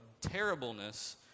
terribleness